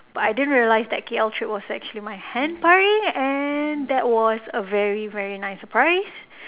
but I didn't realise that the K_L trip was actually my hen party and that was a very very nice surprise